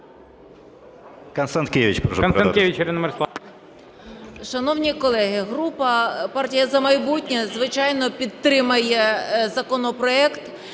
Шановні колеги, група "Партія "За майбутнє", звичайно, підтримає законопроект,